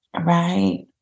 Right